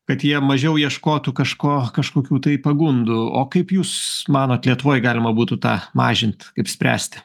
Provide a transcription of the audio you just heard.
kad jie mažiau ieškotų kažko kažkokių tai pagundų o kaip jūs manot lietuvoj galima būtų tą mažint kaip spręsti